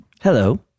hello